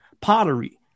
pottery